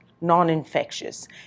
non-infectious